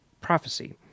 Prophecy